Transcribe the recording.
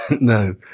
no